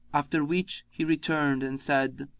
after which he returned and said,